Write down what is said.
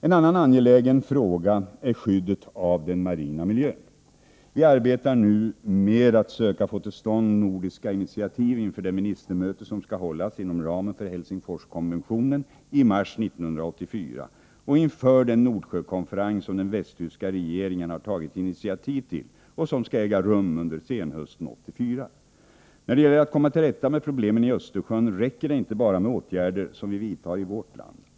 En annan angelägen fråga är skyddet av den marina miljön. Vi arbetar nu med att söka få till stånd nordiska initiativ inför det ministermöte som skall hållas inom ramen för Helsingforskonventionen i mars 1984 och inför den Nordsjökonferens som den västtyska regeringen har tagit initiativ till och som skall äga rum under senhösten 1984. När det gäller att komma till rätta med problemen i Östersjön räcker det inte bara med åtgärder som vi vidtar i vårt land.